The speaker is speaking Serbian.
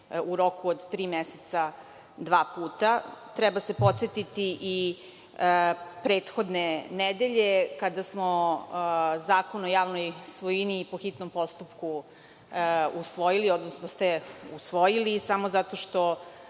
u roku od tri meseca dva puta. Treba se podsetiti i prethodne nedelje, kada smo Zakon o javnoj svojini po hitnom postupku usvojili, odnosno ste usvojili samo zato što